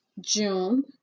June